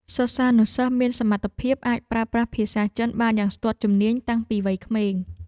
សិស្សានុសិស្សមានសមត្ថភាពអាចប្រើប្រាស់ភាសាចិនបានយ៉ាងស្ទាត់ជំនាញតាំងពីវ័យក្មេង។